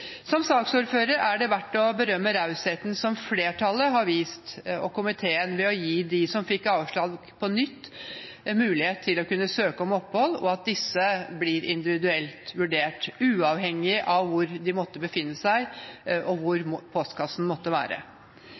Som saksordfører er det verdt å berømme rausheten som flertallet og komiteen har vist ved å gi de som fikk avslag på nytt, mulighet til å kunne søke om opphold, og at disse blir individuelt vurdert, uavhengig av hvor de måtte befinne seg, og hvor postkassen måtte være.